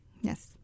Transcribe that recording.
Yes